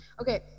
Okay